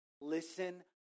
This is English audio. Listen